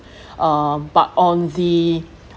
uh but on the